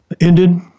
ended